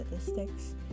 statistics